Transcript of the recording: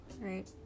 Right